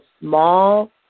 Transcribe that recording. small